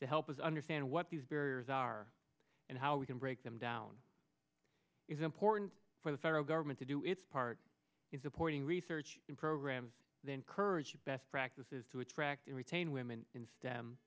to help us understand what these barriers are and how we can break them down is important for the federal government to do its part in supporting research in programs they encourage best practices to attract and retain women in ste